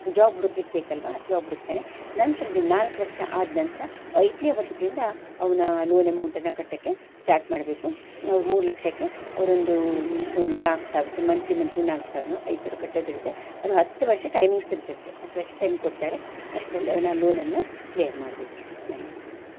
job ಹುಡುಕ್ಲಿಕ್ಕೆ ಬೇಕಲ್ವ job ಹುಡುಕ್ತಾನೆ ನಂತರದಿಂದ ನಾಲ್ಕು ವರ್ಷ ಆದ ನಂತರ ಐದನೇ ವರ್ಷದಿಂದ ಅವನ ಲೋನ್ ಎಮೌಂಟನ್ನು ಕಟ್ಟೋಕ್ಕೆ ಸ್ಟಾಟ್ ಮಾಡಬೇಕು ಮೂರು ಲಕ್ಷಕ್ಕೆ ಅವರೊಂದು ನಾಲ್ಕು ಸಾವಿರ್ತಿ ಮಂತ್ಲಿ ಮಂತ್ಲಿ ನಾಲ್ಕು ಸಾವಿರನೋ ಐದು ಸಾವಿರ ಕಟ್ಟೋದು ಇರುತ್ತೆ ಅದು ಹತ್ತು ವರ್ಷ ಟೈಮಿಂಗ್ಸ್ ಇರುತ್ತೆ ಅದಕ್ಕೆ ಹತ್ತು ವರ್ಷ ಟೈಮ್ ಕೊಡ್ತಾರೆ ಅಷ್ಟರಲ್ಲಿ ಅವನ ಲೋನನ್ನು ಕ್ಲಿಯರ್ ಮಾಡಬೇಕು ಧನ್ಯವಾದಗಳು